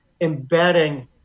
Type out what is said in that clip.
embedding